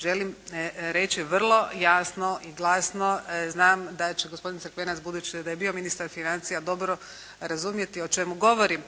Želim reći vrlo jasno i glasno, znam da će gospodin Crkvenac, budući da je bio ministar financija dobro razumjeti o čemu govorim.